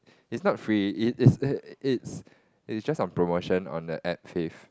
is not free it is it's it's just on promotion on the app Fave